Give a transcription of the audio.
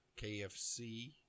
KFC